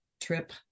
trip